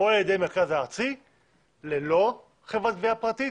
או על ידי המרכז הארצי ללא חברת גבייה פרטית,